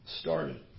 started